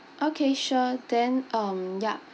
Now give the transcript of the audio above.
okay sure then um ya